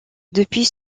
depuis